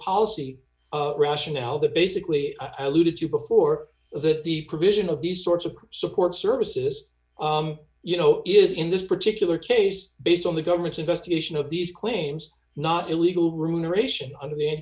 policy rationale that basically alluded to before that the provision of these sorts of support services you know is in this particular case based on the government's investigation of these claims not illegal roun aeration under the